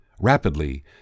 rapidly